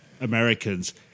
americans